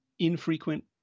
infrequent